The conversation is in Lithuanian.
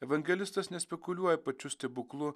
evangelistas nespekuliuoja pačiu stebuklu